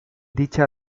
dicha